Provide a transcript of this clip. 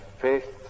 faith